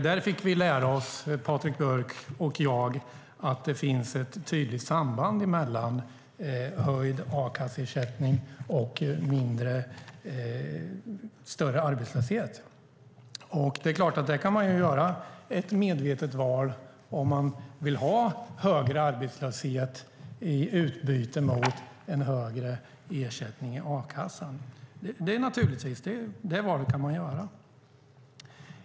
Där fick Patrik Björck och jag lära oss att det finns ett tydligt samband mellan höjd a-kasseersättning och större arbetslöshet. Man kan ju göra ett medvetet val om man vill ha större arbetslöshet i utbyte mot en högre ersättning i a-kassan. Det valet kan man naturligtvis göra.